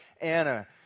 Anna